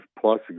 plus